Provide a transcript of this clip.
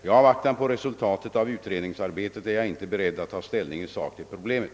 I avvaktan på resultatet av utredningsarbetet är jag inte beredd att ta ställning i sak till problemet.